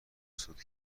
سود